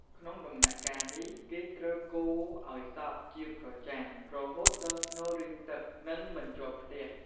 ក្នុងដំណាក់កាលនេះ គេត្រូវកូរឲ្យសព្វជាប្រចាំ រហូតដល់ស្នូលរីងទឹក និងមិនជាប់ខ្ទះ។